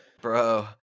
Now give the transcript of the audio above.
bro